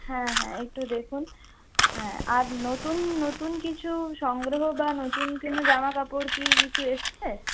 হ্যাঁ হ্যাঁ একটু দেখুন হ্যাঁ আর নতুন নতুন কিছু সংগ্রহ বা নতুন কোনো জামা কাপড় কি কিছু এসেছে